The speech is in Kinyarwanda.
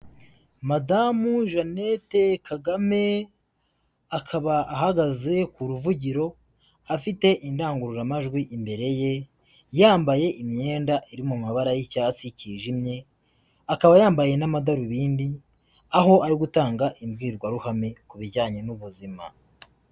Madamu Jeannette Kagame akaba ahagaze ku ruvugiro, afite indangururamajwi imbere ye, yambaye imyenda iri mu mabara y'icyatsi cyijimye akaba yambaye n'amadarubindi, aho ari gutanga imbwirwaruhame ku bijyanye n'ubuzima.